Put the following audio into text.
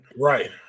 Right